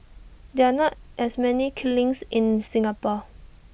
there're not as many kilns in Singapore